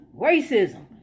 racism